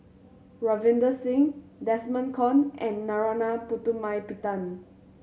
Ravinder Singh Desmond Kon and Narana Putumaippittan